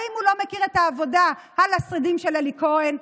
האם הוא לא מכיר את העבודה על השרידים של אלי כהן?